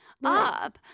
Bob